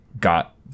got